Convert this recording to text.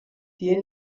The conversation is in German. dir